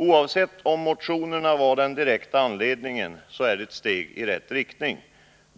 Oavsett om motionerna var den direkta anledningen, så är det ett steg i rätt riktning.